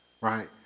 right